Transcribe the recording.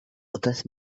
das